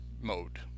mode